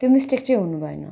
त्यो मिस्टेक चाहिँ हुनु भएन